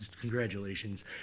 Congratulations